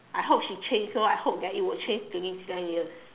I hope she change so I hope that it will change within ten years